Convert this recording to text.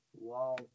Wow